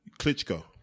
Klitschko